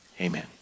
Amen